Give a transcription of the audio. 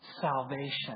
salvation